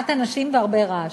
מעט אנשים והרבה רעש.